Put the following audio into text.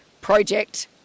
project